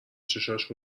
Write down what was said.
چشاش